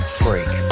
freak